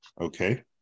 Okay